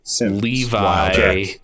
levi